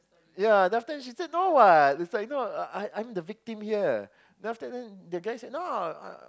yeah then after that she say no what is like you know I I'm the victim here then after that the guy say no I